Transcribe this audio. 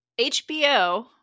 HBO